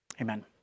Amen